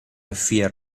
fear